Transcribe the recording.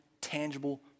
tangible